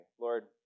Lord